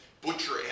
butcher